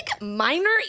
minor